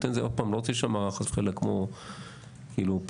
אני לא רוצה להישמע חס וחלילה כאילו פה